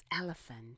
elephant